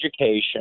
education